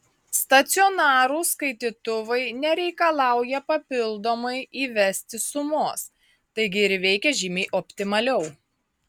stacionarūs skaitytuvai nereikalauja papildomai įvesti sumos taigi ir veikia žymiai optimaliau